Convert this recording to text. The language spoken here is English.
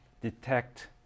detect